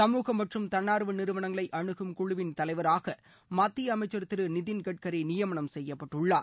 சமூக மற்றும் தன்னார்வ நிறுவனங்களை அனுகும் குழுவின் தலைவராக மத்திய அமைச்சர் திரு நிதின்கட்கரி நியமனம் செய்யப்பட்டுள்ளார்